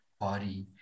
body